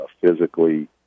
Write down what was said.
physically